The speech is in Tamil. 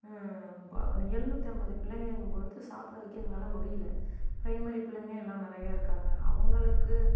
எழுநூற்றம்பது பிள்ளைங்கங்கும்பொழுது சாப்பிட வைக்க எங்களால் முடியல ப்ரைமரி பிள்ளைங்க எல்லா நிறைய இருக்காங்க அவங்களுக்கு